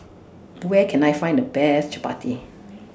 Where Can I Find The Best Chapati